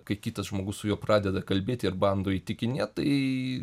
kai kitas žmogus su juo pradeda kalbėt ir bando įtikinėt tai